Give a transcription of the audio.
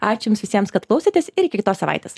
ačiū jums visiems kad klausėtės ir iki kitos savaitės